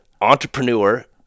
entrepreneur